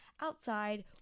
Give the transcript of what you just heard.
outside